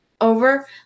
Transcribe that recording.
over